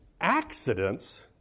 accidents